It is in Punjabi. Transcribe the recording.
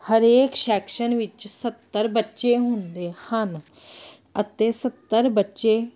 ਹਰੇਕ ਸੈਕਸ਼ਨ ਵਿੱਚ ਸੱਤਰ ਬੱਚੇ ਹੁੰਦੇ ਹਨ ਅਤੇ ਸੱਤਰ ਬੱਚੇ